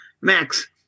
Max